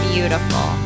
Beautiful